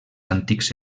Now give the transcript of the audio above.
antics